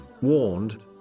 warned